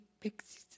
Pixie